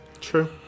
True